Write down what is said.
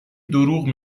دروغ